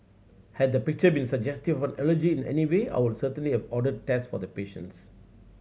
had the picture been suggestive of an allergy in any way I would certainly have ordered test for the patients